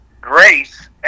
grace